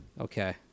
Okay